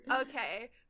Okay